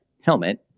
helmet